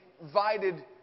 invited